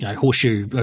horseshoe